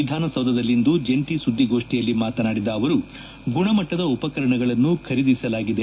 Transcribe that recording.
ವಿಧಾನಸೌಧದಲ್ಲಿಂದು ಜಂಟ ಸುದ್ದಿಗೋಷ್ಠಿಯಲ್ಲಿ ಮಾತನಾಡಿದ ಅವರು ಗುಣಮಟ್ಟದ ಉಪಕರಣಗಳನ್ನು ಖರೀದಿಸಲಾಗಿದೆ